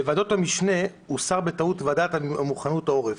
בוועדות המשנה הוסרה בטעות ועדת מוכנות העורף.